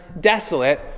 desolate